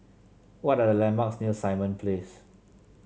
what are the landmarks near Simon Place